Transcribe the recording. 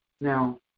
Now